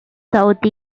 south